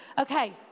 Okay